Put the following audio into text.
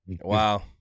Wow